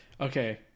okay